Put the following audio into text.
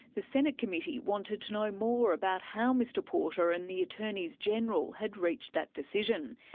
the senate committee wanted to know more about how mr porter and the attorneys-general had reached that decision.